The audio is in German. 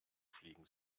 fliegen